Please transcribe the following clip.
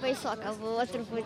baisoka buvo truputį